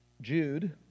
Jude